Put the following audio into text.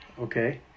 Okay